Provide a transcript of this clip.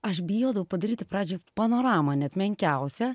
aš bijodavau padaryti pradžioj panoramą net menkiausią